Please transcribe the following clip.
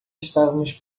estávamos